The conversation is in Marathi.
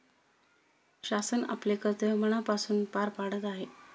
शासन आपले कर्तव्य मनापासून पार पाडत आहे